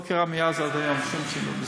לא קרה מאז ועד היום שום שינוי בזה.